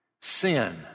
sin